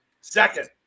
Second